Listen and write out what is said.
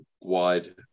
wide